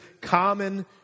common